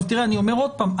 אני אומר עוד פעם,